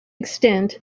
extent